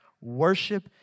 Worship